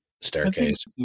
staircase